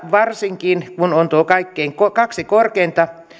varsinkin kun ovat nuo kaksi korkeinta